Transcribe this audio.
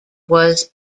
was